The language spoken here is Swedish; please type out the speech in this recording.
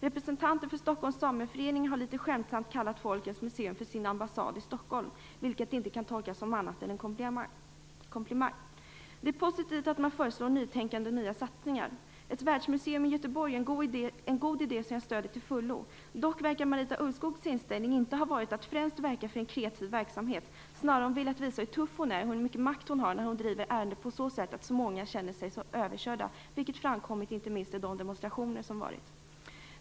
Representanter för Stockholms sameförening har litet skämtsamt kallat Folkens museum för sin ambassad i Stockholm - vilket inte kan tolkas som annat än en komplimang. Det är positivt att man föreslår nytänkande och nya satsningar. Ett världsmuseum i Göteborg är en god idé, som jag stöder till fullo. Dock verkar Marita Ulvskogs inställning inte ha varit att främst verka för en kreativ verksamhet, snarare har hon velat visa hur tuff hon är och hur mycket makt hon har när hon driver ärendet på ett sådant sätt att så många känner sig överkörda, vilket framkommit inte minst i de demonstrationer som har hållits.